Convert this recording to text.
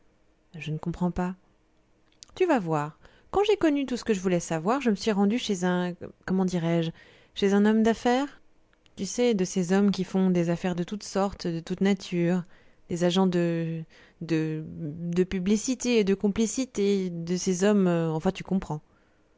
je ne comprends pas tu vas voir quand j'ai connu tout ce que je voulais savoir je me suis rendue chez un comment dirais-je chez un homme d'affaires tu sais de ces hommes qui font des affaires de toute sorte de toute nature des agents de de de publicité et de complicité de ces hommes enfin tu comprends